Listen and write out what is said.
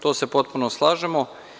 Tu se potpuno slažemo.